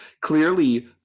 clearly